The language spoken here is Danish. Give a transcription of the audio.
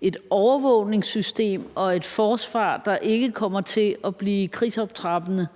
et overvågningssystem og et forsvar, der ikke kommer til at blive krigsoptrappende,